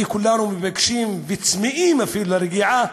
וכולנו מבקשים וצמאים אפילו לרגיעה,